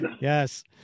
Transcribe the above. Yes